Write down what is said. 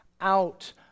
out